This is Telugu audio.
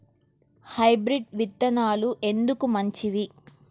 హైబ్రిడ్ విత్తనాలు ఎందుకు మంచివి?